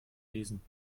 lesen